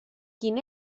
quin